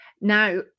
Now